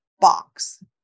box